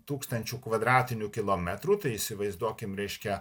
tūkstančių kvadratinių kilometrų tai įsivaizduokim reiškia